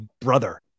brother